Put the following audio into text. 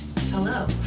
Hello